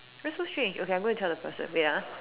that's so strange okay I'm going to tell the person wait ah